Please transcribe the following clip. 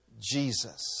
jesus